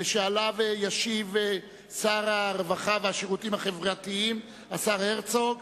ועליו ישיב שר הרווחה והשירותים החברתיים השר הרצוג,